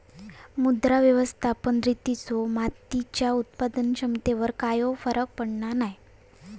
मृदा व्यवस्थापन रितींचो मातीयेच्या उत्पादन क्षमतेवर कायव फरक पडना नाय